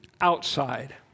outside